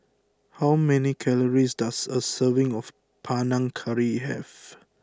how many calories does a serving of Panang Curry have